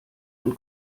ein